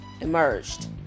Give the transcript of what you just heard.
emerged